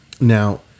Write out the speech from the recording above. Now